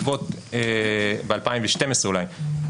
ב- 2012 אולי,